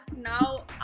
now